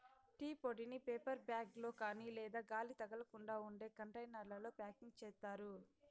tea పొడిని paper bag లో కాని లేదా గాలి తగలకుండా ఉండే కంటైనర్లలో ప్యాకింగ్ చేత్తారు